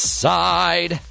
side